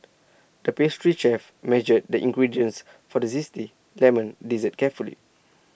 the pastry chef measured the ingredients for the Zesty Lemon Dessert carefully